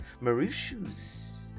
Mauritius